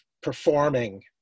performing